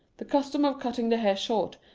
the custom of cutting the hair short,